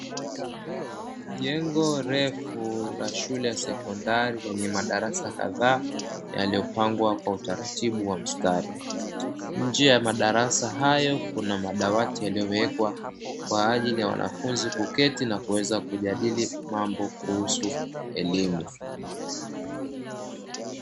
Jengo refu la shule ya sekondari lenye madarasa kadhaa, yaliyopangwa kwa utaratibu wa mstari. Nje ya madarasa hayo kuna madawati yaliyowekwa, kwa ajili ya wanafunzi kuketi na kuweza kujadili mambo kuhusu elimu.